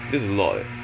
that's a lot eh